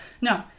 No